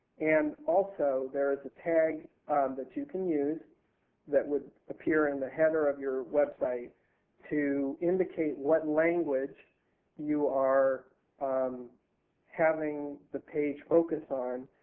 and also, there is a tag that you can use that would appear in the header of your website to indicate what language you are um having the page focus on.